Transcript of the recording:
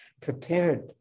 prepared